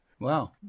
Wow